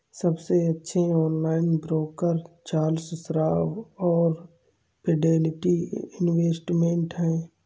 सबसे अच्छे online broker Charles Schwab और फिडेलिटी इन्वेस्टमेंट हैं